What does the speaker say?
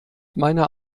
meiner